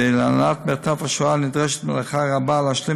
ולהנהלת "מרתף השואה" נדרשת מלאכה רבה להשלים